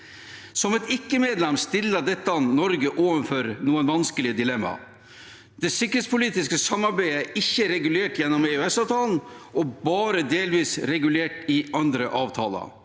Som et ikke-medlem stiller dette Norge overfor noen vanskelige dilemmaer. Det sikkerhetspolitiske samarbeidet er ikke regulert gjennom EØSavtalen og bare delvis regulert i andre avtaler.